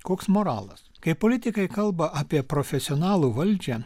koks moralas kai politikai kalba apie profesionalų valdžią